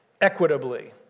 equitably